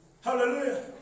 Hallelujah